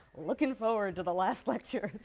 looking forward to the last lecture.